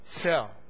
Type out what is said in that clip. Sell